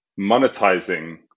monetizing